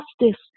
justice